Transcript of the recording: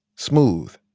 smooth.